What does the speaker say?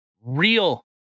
real